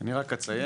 אני רק אציין,